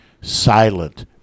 silent